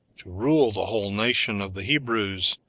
to rule the whole nation of the hebrews,